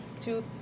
two